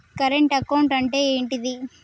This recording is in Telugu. కరెంట్ అకౌంట్ అంటే ఏంటిది?